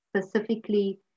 specifically